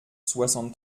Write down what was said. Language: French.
soixante